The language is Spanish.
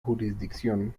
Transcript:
jurisdicción